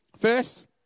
first